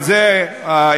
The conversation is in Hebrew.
כי זה האפקט,